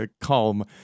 calm